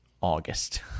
August